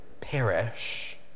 perish